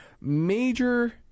Major